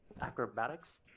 Acrobatics